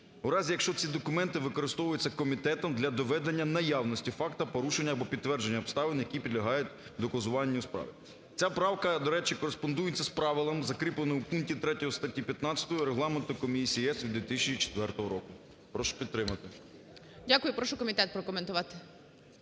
в разі, якщо ці документи використовуються комітетом для доведення наявності факту порушення або підтвердження обставин, які підлягають доказуванню справи. Ця правка, до речі, кореспондується з правилом, закріпленим у пункті 3 статті 15 Регламенту Комісії ЄС від 2004 року. Прошу підтримати. ГОЛОВУЮЧИЙ. Дякую. Прошу комітет прокоментувати.